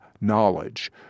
knowledge